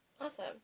Awesome